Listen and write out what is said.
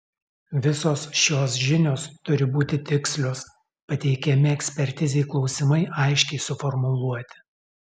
visos šios žinios turi būti tikslios pateikiami ekspertizei klausimai aiškiai suformuluoti